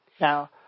Now